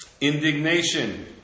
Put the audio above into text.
Indignation